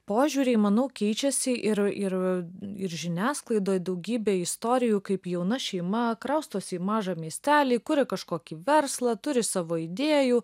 požiūriai manau keičiasi ir ir ir žiniasklaidoj daugybė istorijų kaip jauna šeima kraustosi į mažą miestelį kuria kažkokį verslą turi savo idėjų